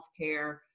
healthcare